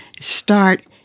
start